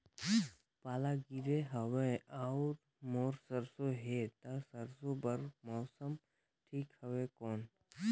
पाला गिरे हवय अउर मोर सरसो हे ता सरसो बार मौसम ठीक हवे कौन?